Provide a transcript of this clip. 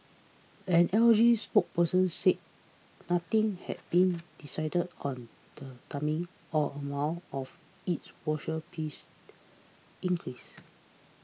an L G spokesperson said nothing had been decided on the timing or amount of its washer piece increase